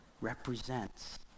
represents